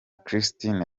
christine